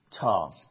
task